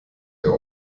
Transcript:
der